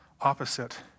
opposite